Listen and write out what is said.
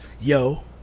Yo